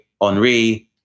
Henri